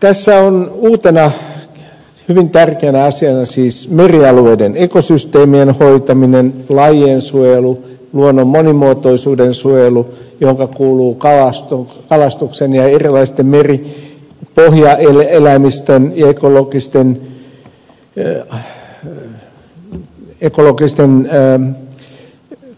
tässä on uutena hyvin tärkeänä asiana siis merialueiden ekosysteemien hoitaminen lajiensuojelu luonnon monimuotoisuuden suojelu johonka kuuluu kalastuksen ja erilaisen meripohjaeläimistön ja ekologisten